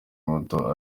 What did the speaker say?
muto